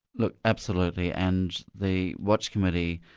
look, absolutely. and the watch committee,